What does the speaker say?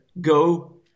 Go